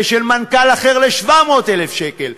ושל מנכ"ל אחר ל-700,000 שקל,